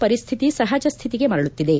ಪರಿಸ್ಥಿತಿ ಸಹಜ ಸ್ಥಿತಿಗೆ ಮರಳುತ್ತಿದೆ